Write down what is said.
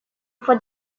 for